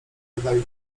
gadali